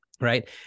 right